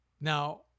Now